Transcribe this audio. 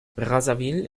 brazzaville